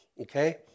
okay